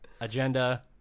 agenda